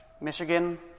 Michigan